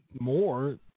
more